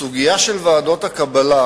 הסוגיה של ועדות הקבלה